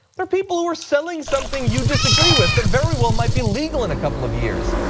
they are people who are selling something you disagree with that very well might be legal in a couple of years.